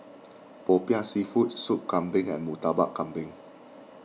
Popiah Seafood Soup Kambing and Murtabak Kambing